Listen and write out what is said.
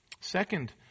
Second